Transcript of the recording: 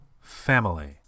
family